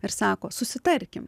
ir sako susitarkim